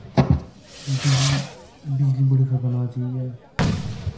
बिजली बिजली बड़ी खतरनाक चीज ऐ